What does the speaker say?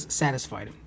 satisfied